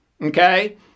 Okay